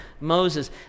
Moses